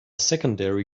secondary